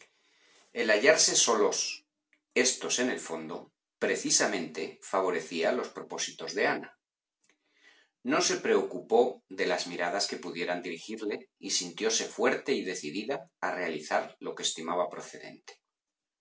el hallarse éstos en el fondo precisamente favorecía los propósitos de ana no se preocupó de las miradas que pudieran dirigirle y sintióse fuerte y decidida a realizar lo que estimaba procedente